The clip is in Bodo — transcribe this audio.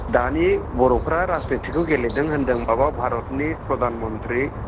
दानि बर'फोरा राजनितिखौ गेलेदों होन्दोंबाबो भारतनि प्रधान मन्त्रि